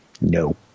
No